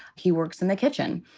he works in the kitchen.